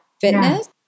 fitness